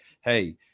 hey